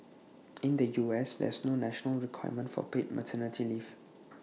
in the us there's no national requirement for paid maternity leave